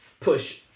push